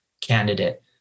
candidate